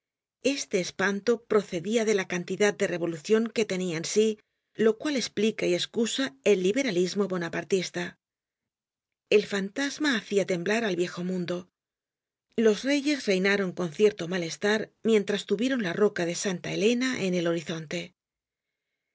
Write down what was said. este espanto procedia de la cantidad de revolucion que tenia en sí lo cual esplica y escusa el liberalismo bonapartista el fantasma hacia temblar al viejo mundo los reyes reinaron con cierto malestar mientras tuvieron la roca de santa elena en el horizonte